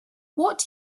what